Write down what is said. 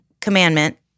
commandment